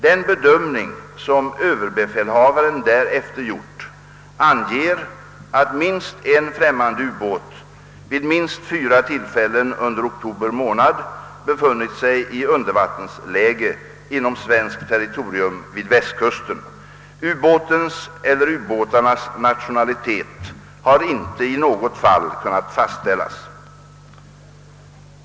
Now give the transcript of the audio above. Den bedömning som överbefälhavaren därefter gjort anger att minst en främmande ubåt vid minst fyra tillfälten under oktober månad befunnit sig i undervattensläge inom svenskt territorium vid västkusten. Ubåtens eller ubåtarnas nationalitet har inte i något fall kunnat fastställas.